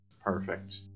Perfect